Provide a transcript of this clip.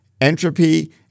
entropy